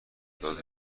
متفاوته